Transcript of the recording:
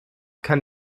kann